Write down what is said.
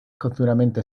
continuamente